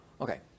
Okay